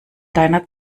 deiner